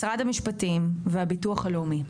משרד המשפטים והביטוח הלאומי.